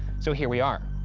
so, here we are,